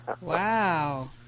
Wow